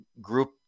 group